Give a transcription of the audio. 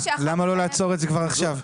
למה לא לעצור את זה כבר עכשיו?